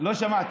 לא שמעתי.